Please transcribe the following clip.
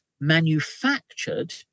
manufactured